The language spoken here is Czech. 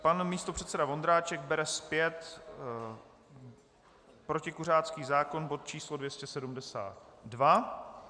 Pan místopředseda Vondráček bere zpět protikuřácký zákon bod číslo 272.